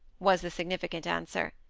was the significant answer.